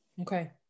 Okay